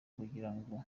kugirango